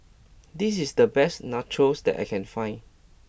this is the best Nachos that I can find